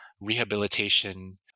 rehabilitation